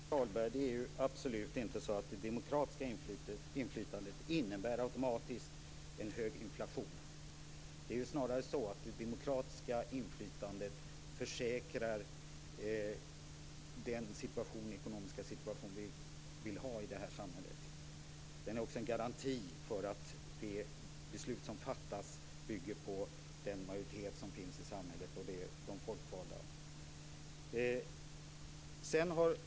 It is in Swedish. Fru talman! Det är absolut inte så, Pär Axel Sahlberg, att det demokratiska inflytandet automatiskt innebär en hög inflation. Det är snarare så att det demokratiska inflytandet tillförsäkrar oss den ekonomiska situation som vi vill ha i vårt samhälle. Den är också en garanti för att de beslut som fattas bygger på den majoritet som finns i samhället och bland de folkvalda.